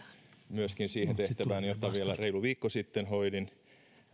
myöskin siihen tehtävään jota vielä reilu viikko sitten hoidin